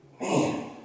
Man